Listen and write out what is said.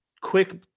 quick